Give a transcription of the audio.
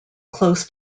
close